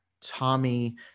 Tommy